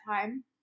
time